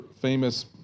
famous